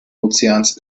ozeans